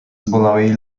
zbolałej